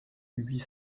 huit